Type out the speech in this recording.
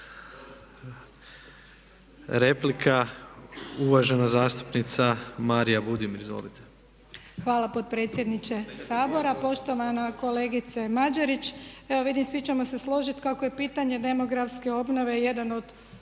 Replika uvažena zastupnica Marija Budimir. Izvolite. **Budimir, Marija (HDZ)** Hvala potpredsjedniče Sabora, poštovana kolegice Mađerić evo svi ćemo se složiti kako je pitanje demografske obnove